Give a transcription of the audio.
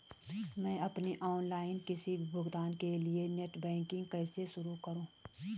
मैं अपने ऑनलाइन किसी भी भुगतान के लिए नेट बैंकिंग कैसे शुरु करूँ?